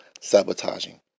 sabotaging